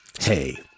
Hey